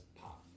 pop